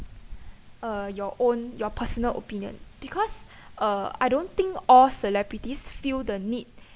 uh your own your personal opinion because uh I don't think all celebrities feel the need